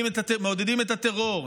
מעודדים את הטרור,